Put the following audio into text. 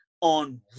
on